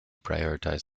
prioritize